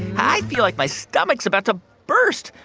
i feel like my stomach's about to burst.